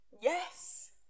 Yes